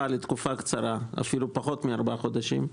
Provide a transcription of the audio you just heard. לתקופה קצרה אפילו פחות מארבעה חודשים,